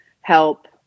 help